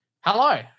hello